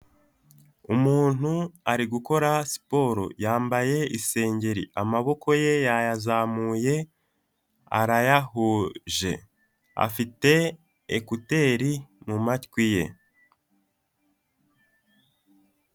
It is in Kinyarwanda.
Umuntu ari gukora siporo, yambaye isengeri, amaboko ye yayazamuye arayahuje, afite ekuteri mu matwi ye.